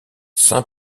saint